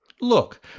look,